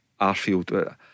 Arfield